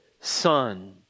Son